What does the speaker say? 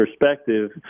perspective